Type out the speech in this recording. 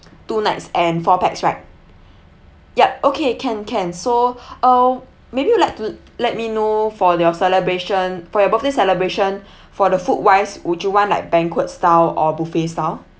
two nights and four pax right yup okay can can so uh maybe you'd like to let me know for your celebration for your birthday celebration for the food wise would you want like banquet style or buffet style